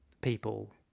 people